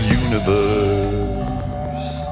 universe